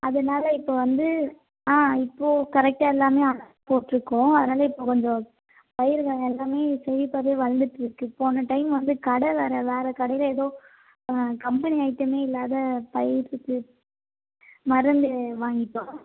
அதனால இப்போ வந்து ஆ இப்போ கரெக்டாக எல்லாமே போட்டிருக்கோம் அதனால் இப்போ கொஞ்சம் பயிருங்க எல்லாமே செழிப்பாவே வளர்ந்துட்ருக்கு போன டைம் வந்து கடை வேறு வேறு கடையில் ஏதோ கம்பெனி ஐட்டமே இல்லாத பயிருக்கு மருந்து வாங்கிட்டோம்